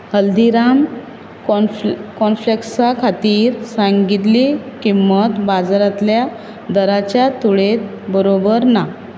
हल्दिराम्स कॉर्नफ्लेक्सां खातीर सांगिल्ली किंमत बाजारांतल्या दराच्या तुलनेन बरोबर ना